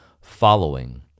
following